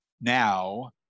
now